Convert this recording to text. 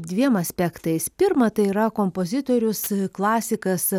dviem aspektais pirma tai yra kompozitorius klasikas